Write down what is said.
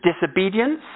disobedience